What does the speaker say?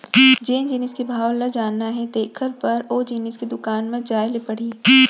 जेन जिनिस के भाव ल जानना हे तेकर बर ओ जिनिस के दुकान म जाय ल परही